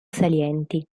salienti